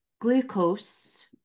Glucose